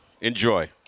Enjoy